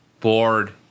bored